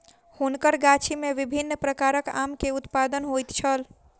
हुनकर गाछी में विभिन्न प्रकारक आम के उत्पादन होइत छल